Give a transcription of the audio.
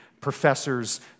professors